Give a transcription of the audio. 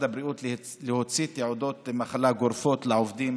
הבריאות להוציא תעודות מחלה גורפות לעובדים